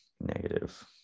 negative